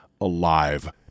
alive